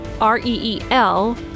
R-E-E-L